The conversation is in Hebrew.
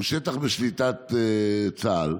שהוא שטח בשליטת צה"ל,